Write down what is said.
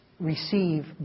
receive